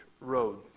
roads